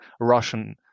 Russian